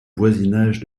voisinage